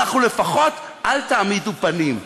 לפחות אל תעמידו פנים.